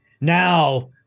Now